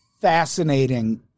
fascinating